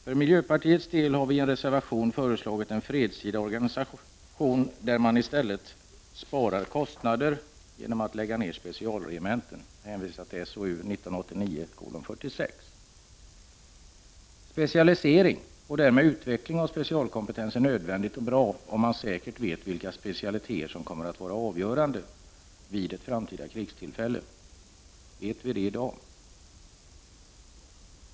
För miljöpartiets del har vi i en reservation föreslagit en fredstida organisation, där man i stället sparar kostnader genom att lägga ned specialregementen . Specialisering, och därmed utveckling av specialkompetens, är nödvändig och bra, om man säkert vet vilka specialiteter som kommer att vara avgörande vid ett framtida krigstillfälle. Vet vi det i dag?